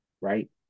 right